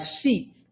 sheep